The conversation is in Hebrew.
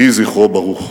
יהי זכרו ברוך.